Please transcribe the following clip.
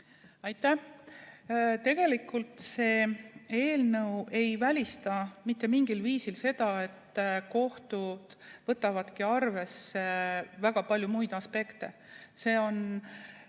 Aitäh! Tegelikult see eelnõu ei välista seda mitte mingil viisil. Kohtud võtavadki arvesse väga paljusid muid aspekte.